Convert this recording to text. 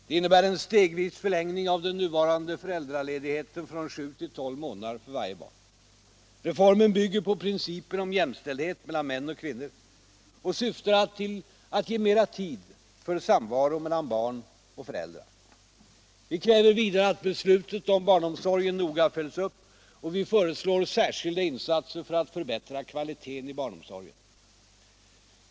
Den innebär en stegvis förlängning av den nuvarande föräldraledigheten från sju till tolv månader för varje barn. Reformen Allmänpolitisk debatt Allmänpolitisk debatt bygger på principen om jämställdhet mellan män och kvinnor och syftar till att ge mer tid för samvaro mellan barn och föräldrar. Vi kräver vidare att beslutet om barnomsorgen noga följs upp, och vi föreslår särskilda insatser för att förbättra kvaliteten i barnomsorgen.